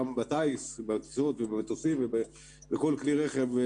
גם בטיסות ובמטוסים ובכל כלי רכב,